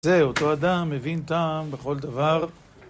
זה אותו אדם, מבין טעם בכל דבר.